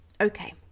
okay